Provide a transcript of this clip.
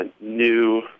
new